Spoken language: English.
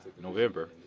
November